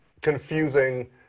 Confusing